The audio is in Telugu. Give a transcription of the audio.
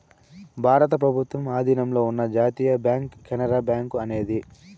భారత ప్రభుత్వం ఆధీనంలో ఉన్న జాతీయ బ్యాంక్ కెనరా బ్యాంకు అనేది